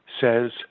says